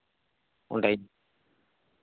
ᱚᱱᱰᱮ